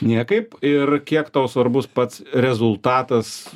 niekaip ir kiek tau svarbus pats rezultatas